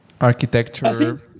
architecture